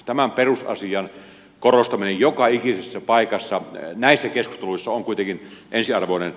tämän perusasian korostaminen joka ikisessä paikassa näissä keskusteluissa on kuitenkin ensiarvoinen